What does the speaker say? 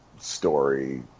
story